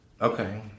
Okay